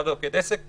לאו דווקא כבית עסק.